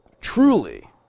truly